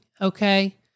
okay